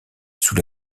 sous